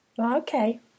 okay